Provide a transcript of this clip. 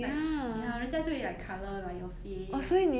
like ya 人家就会 like colour like your face